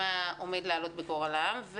מה עומד לעלות בגורלם,